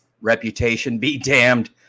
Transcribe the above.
reputation-be-damned